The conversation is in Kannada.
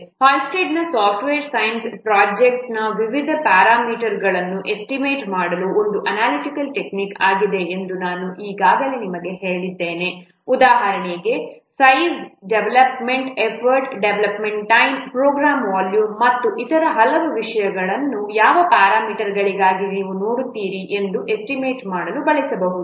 ಹಾಲ್ಸ್ಟೆಡ್ನ ಸಾಫ್ಟ್ವೇರ್ ಸೈನ್ಸ್Halstead's software science ಪ್ರೊಜೆಕ್ಟ್ನ ವಿವಿಧ ಪ್ಯಾರಾಮೀಟರ್ಗಳನ್ನು ಎಸ್ಟಿಮೇಟ್ ಮಾಡಲು ಒಂದು ಅನಾಲಿಟಿಕಲ್ ಟೆಕ್ನಿಕ್ ಆಗಿದೆ ಎಂದು ನಾನು ಈಗಾಗಲೇ ನಿಮಗೆ ಹೇಳಿದ್ದೇನೆ ಉದಾಹರಣೆಗೆ size development effort development time program volume ಮತ್ತು ಇತರ ಹಲವು ವಿಷಯಗಳು ಯಾವ ಪ್ಯಾರಾಮೀಟರ್ಗಳಿಗಾಗಿ ನೀವು ನೋಡುತ್ತೀರಿ ಅದನ್ನು ಎಸ್ಟಿಮೇಟ್ ಮಾಡಲು ಬಳಸಬಹುದು